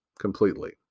completely